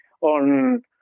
on